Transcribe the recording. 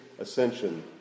ascension